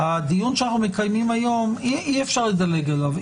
הדיון שאנחנו מקיימים היום, אי-אפשר לדלג עליו.